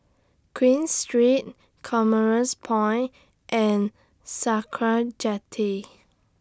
Queen Street Commerce Point and Sakra Jetty